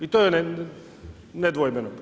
I to je nedvojbeno.